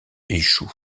échoue